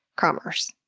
commerce.